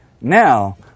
now